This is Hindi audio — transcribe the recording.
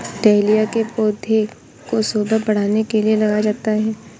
डहेलिया के पौधे को शोभा बढ़ाने के लिए लगाया जाता है